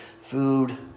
food